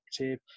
active